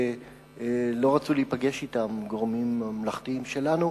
שלא רצו להיפגש אתם גורמים ממלכתיים שלנו,